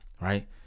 right